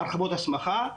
הרחבות הסמכה,